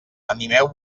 animeu